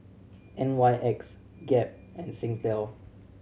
N Y X Gap and Singtel